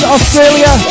Australia